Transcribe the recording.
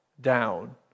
down